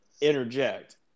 interject